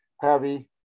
heavy